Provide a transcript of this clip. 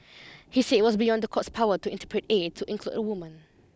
he said it was beyond the court's power to interpret A to include a woman